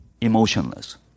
Emotionless